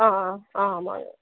ஆ ஆ ஆ ஆ ஆமாங்க